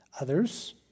others